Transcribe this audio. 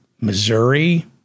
Missouri